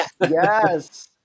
Yes